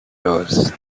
doors